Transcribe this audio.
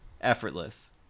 Effortless